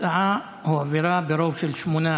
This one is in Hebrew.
ההצעה הועברה ברוב של שמונה,